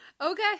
Okay